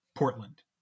portland